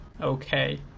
okay